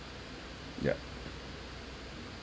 ya